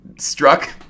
struck